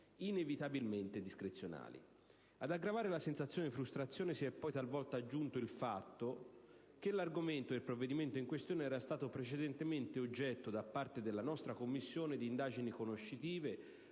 inevitabilmente discrezionali. Ad aggravare la sensazione di frustrazione, si è poi talvolta aggiunto il fatto che l'argomento del provvedimento in questione era stato precedentemente oggetto da parte della 8a Commissione di indagini conoscitive